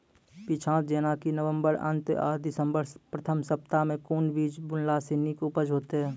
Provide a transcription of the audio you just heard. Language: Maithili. पीछात जेनाकि नवम्बर अंत आ दिसम्बर प्रथम सप्ताह मे कून बीज बुनलास नीक उपज हेते?